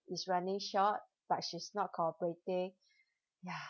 is running short but she's not cooperating ya